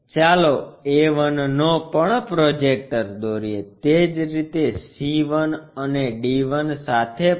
ચાલો a 1 નો પણ પ્રોજેક્ટર દોરીએ તે જ રીતે c 1 અને d 1 સાથે પણ